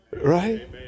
Right